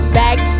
back